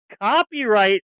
copyright